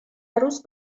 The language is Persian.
روز